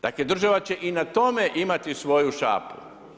Dakle, država će i na tome imati svoju šapu.